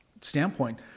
standpoint